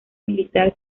militar